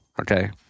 okay